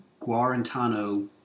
guarantano